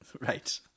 Right